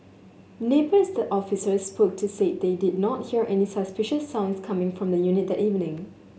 neighbours the officers spoke to said they did not hear any suspicious sounds coming from the unit that evening